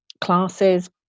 classes –